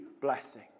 blessing